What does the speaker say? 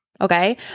Okay